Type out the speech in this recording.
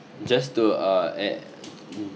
just to uh add